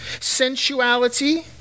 sensuality